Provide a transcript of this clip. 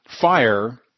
fire